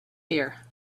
here